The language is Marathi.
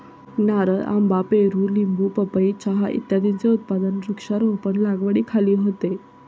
नारळ, आंबा, पेरू, लिंबू, पपई, चहा इत्यादींचे उत्पादन वृक्षारोपण लागवडीखाली होते